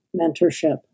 mentorship